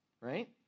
right